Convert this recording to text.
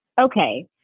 okay